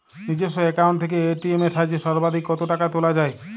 নিজস্ব অ্যাকাউন্ট থেকে এ.টি.এম এর সাহায্যে সর্বাধিক কতো টাকা তোলা যায়?